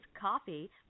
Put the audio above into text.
coffee